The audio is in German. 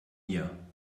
ihr